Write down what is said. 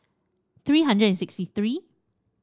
three hundred and sixty three